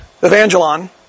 evangelon